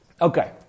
Okay